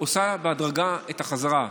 עושים בהדרגה את החזרה.